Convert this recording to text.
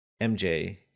MJ